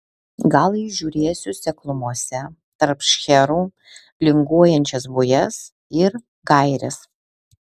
gal įžiūrėsiu seklumose tarp šcherų linguojančias bujas ir gaires